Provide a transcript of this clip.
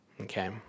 okay